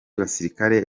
basirikare